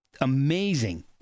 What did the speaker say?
amazing